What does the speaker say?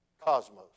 Cosmos